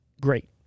great